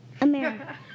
America